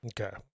Okay